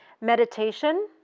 Meditation